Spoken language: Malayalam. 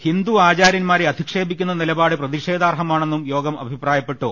ഹിന്ദു ആചാര്യന്മാരെ അധിക്ഷേപിക്കുന്ന നിലപാട് പ്രതിഷേധാർഹമാണെന്നും യോഗം അഭിപ്രായപ്പെട്ടു